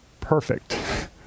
Perfect